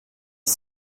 dix